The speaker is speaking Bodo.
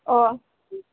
आह